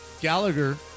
Gallagher